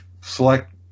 select